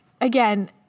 again